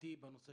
דעתי בנושא